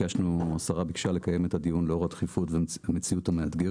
השרה ביקשה לקיים את הדיון לאור הדחיפות והמציאות המאתגרת,